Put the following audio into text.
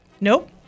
Nope